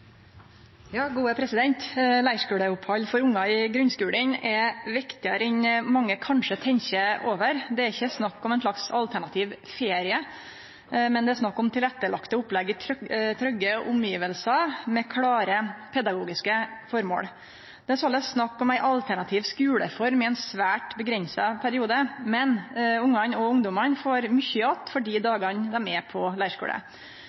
Leirskuleopphald for ungar i grunnskulen er viktigare enn mange kanskje tenkjer over. Dette er ikkje snakk om ein slags alternativ ferie, men om tilrettelagde opplegg i trygge omgjevnader, med klare pedagogiske føremål. Det er såleis snakk om ei alternativ skuleform i ein svært avgrensa periode, men ungane og ungdomane får mykje att for dei dagane dei er på leirskule.